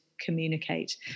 communicate